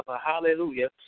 hallelujah